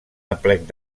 aplec